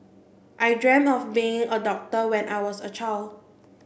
I dreamt of being a doctor when I was a child